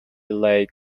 lay